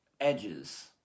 edges